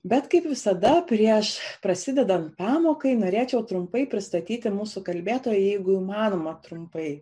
bet kaip visada prieš prasidedant pamokai norėčiau trumpai pristatyti mūsų kalbėtoją jeigu įmanoma trumpai